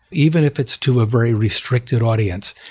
even if it's to a very restricted audience,